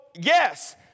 yes